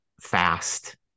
fast